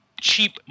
cheap